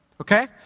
Okay